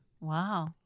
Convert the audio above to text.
Wow